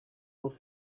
auf